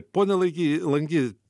pone laigy langy